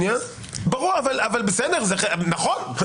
נכון.